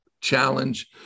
challenge